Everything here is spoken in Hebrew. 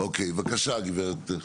אוקיי, בבקשה, גברת.